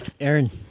Aaron